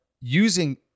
using